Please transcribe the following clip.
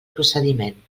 procediment